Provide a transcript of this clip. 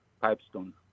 Pipestone